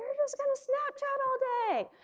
they're just going to snapchat all day.